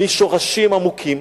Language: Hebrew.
משורשים עמוקים